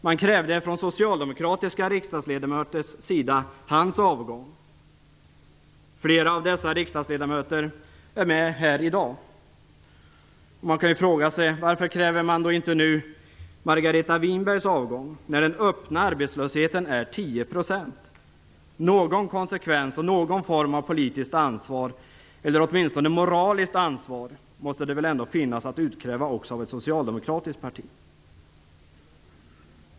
Man krävde från socialdemokratiska riksdagsledamöters sida hans avgång. Flera av dessa riksdagsledamöter är med här i dag. Man kan fråga sig varför man då inte nu kräver Margareta Winbergs avgång när den öppna arbetslösheten är 10 %. Någon konsekvens och någon form av politiskt ansvar, eller åtminstone moraliskt ansvar, måste det väl ändå finnas att utkräva också av ett socialdemokratiskt parti.